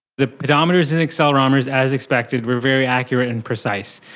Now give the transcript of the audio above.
the pedometers and accelerometers, as expected, were very accurate and precise.